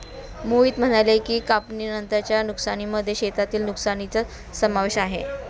मोहित म्हणाले की, कापणीनंतरच्या नुकसानीमध्ये शेतातील नुकसानीचा समावेश आहे